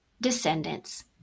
descendants